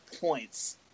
points